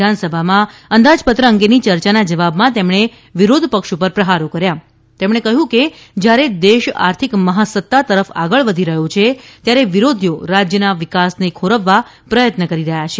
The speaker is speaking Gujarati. વિધાનસભામાં અંદાજપત્ર અંગેની ચર્ચાના જવાબમાં તેમણે વિરોધપક્ષ પર પ્રહારો કર્યા અને કહ્યું કે જયારે દેશ આર્થિક મહાસત્તા તરફ આગળ વધી રહ્યો છે ત્યારે વિરોધીઓ રાજયના વિકાસને ખોરવવા પ્રયત્ન કરી રહ્યા છે